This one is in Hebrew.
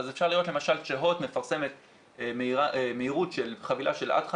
אפשר לראות למשל שהוט מפרסמת מהירות של חבילה של עד 500,